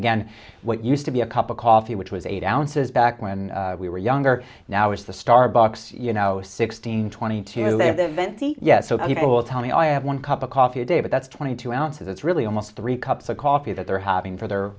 again what used to be a cup of coffee which was eight ounces back when we were younger now is the starbucks you know sixteen twenty two live events the yes so people tell me i have one cup of coffee a day but that's twenty two ounces it's really almost three cups of coffee that they're having for their